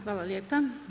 Hvala lijepa.